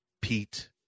Pete